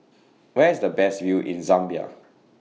Where IS The Best View in Zambia